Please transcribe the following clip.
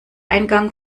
eingang